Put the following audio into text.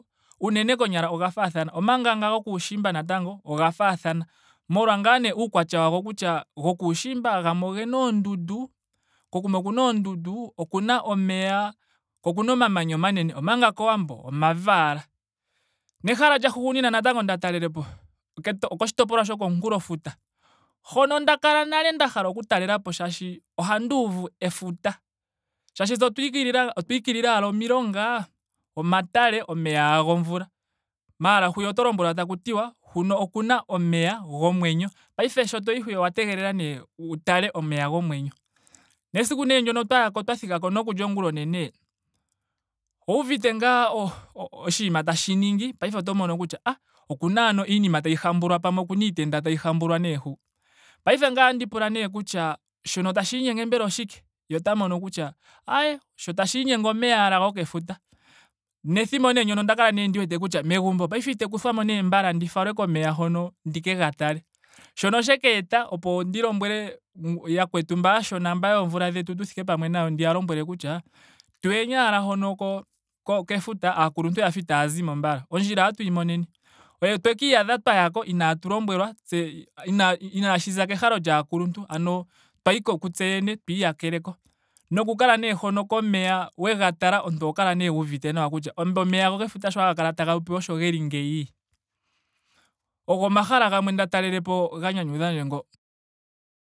Unene konyala oga faathana. Omanga nga gokuushimba natango oga faathana. Molwa ngaa nee uukwatya wago kutya gokuushimba gamwe ogena oondundu. kokuma okuna oondundu. okuna omeya. ko okuna omamanya omanene. Omanga kowambo omavi ashike. Nehala lyahugunina natango nda talelepo okoshitopolwa shokomunkulofuta. Hono nda kala nale nda hala oku talelapo shaashi ohandi uvu efuta. Shaashi tse otwa igililila otwa ikilila ashike omilonga. omatale. omeya ashike gomvula. Maara hwiya oto lombwelwa taku tiwa huno okuna omeya gomwenyo paife sho to hwiya owa tegelela nee wu tale omeya gomwenyo. Nesiku nee ndyoka twa yako twa thikako nokuli ongul onene. owuuvite ngaa o- o- oshinima tashi ningi. paife oto mono kutya ah okuna aano iinima tayi hambulwa. pamwe okuna iitenda tayi hambulwa ne hu. paife ngame otandi pula nee kutya shono tashiinyenge mbela oshike? Ye ota mono kutya sho tashiinyenge omeya ashike gokefuta. nethimbo ndyono onda kala nee ndi wete kutya megumbo ite kuthwamo nee mbala nndi falwe komeya hono ndike ga tale. Sho shaka eta opo ndi lombwele yakwetu mba aashona mba yoomvula dhetu tu thike pamwe nayo ndiya lombwelee kutya tuyeni ashike hono ko- kefuta. aakuluntu oyafa itaaya zimo mbala. Ondjila otatuyi moneneni. Otwaka iyadha twayako inaatu lombwelwa. tse inaashi za- inaashi za kehalo lyaakuluntu. ano twayi ko ku tse yene, twa iyakeleko. Noku kala nee hono komeya wega tala omuntu oho kala nee wuuvite nawa kutya omeya gefuta sho haga kala taga popiwa osho geli ngeyi? Ogo omahala gamwe nda talelepo ga nyanyudha ndje ngo.